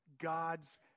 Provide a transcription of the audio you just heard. God's